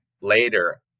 later